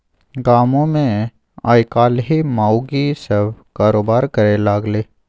गामोमे आयकाल्हि माउगी सभ कारोबार करय लागलै